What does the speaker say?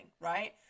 right